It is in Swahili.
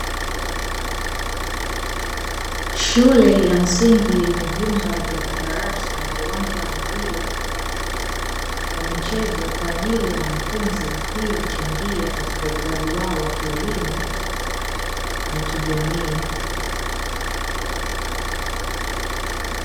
Shule ya msingi yenye vyumba vya madarasa na uwanja wa mpira wa michezo kwaajili ya wanafunzi, hii huchangia katika ukuaji wao wa kielimu na kijamii.